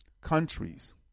countries